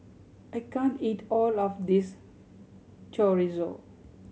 I can't eat all of this Chorizo